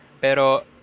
Pero